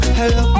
hello